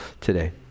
today